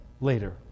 later